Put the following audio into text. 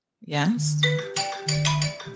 Yes